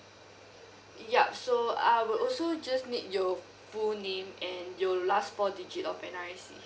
yup so I will also just need your full name and your last four digit of N_R_I_C